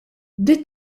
bdiet